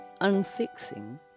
Unfixing